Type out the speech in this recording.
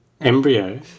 Embryo